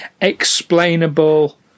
explainable